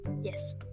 Yes